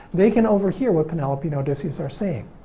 they can overhear what penelope and odysseus are saying.